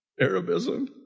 Arabism